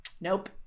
nope